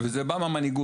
וזה בא מהמנהיגות